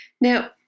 Now